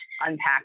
unpack